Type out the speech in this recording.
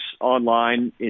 online